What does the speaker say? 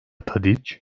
tadiç